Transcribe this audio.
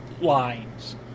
lines